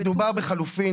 מדובר בחלופין,